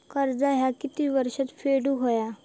कर्ज ह्या किती वर्षात फेडून हव्या?